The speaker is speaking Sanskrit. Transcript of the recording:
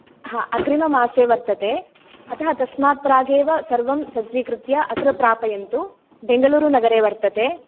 हा अग्रिममासे वर्तते अतः तस्मात् प्रागेव सर्वं सज्जिकृत्य अत्र प्रापयन्तु बेंगळुरुनगरे वर्तते